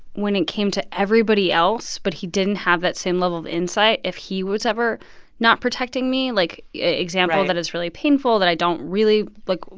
when it came to everybody else, but he didn't have that same level of insight if he was ever not protecting me. like, example. right. that is really painful that i don't really, like,